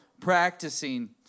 practicing